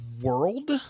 world